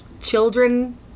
children